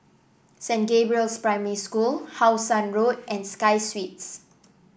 Saint Gabriel's Primary School How Sun Road and Sky Suites